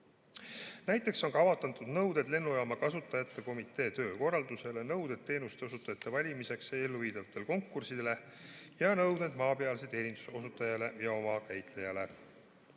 Näiteks on kavandatud nõuded lennujaama kasutajate komitee töö korraldusele, nõuded teenuste osutajate valimiseks elluviidavatele konkurssidele ja nõuded maapealse teeninduse osutajale ja omakäitlejale.